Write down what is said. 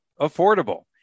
affordable